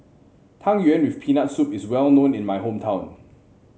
Tang Yuen with Peanut Soup is well known in my hometown